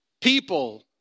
people